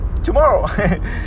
Tomorrow